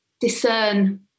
discern